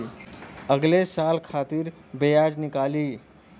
अगले साल खातिर बियाज निकली